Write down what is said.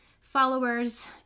followers